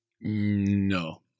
No